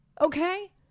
okay